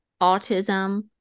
autism